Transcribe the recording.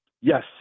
yes